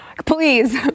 Please